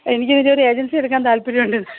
എനിക്കിതിൻ്റെയൊരു agency എടുക്കാൻ താൽപ്പര്യമുണ്ട്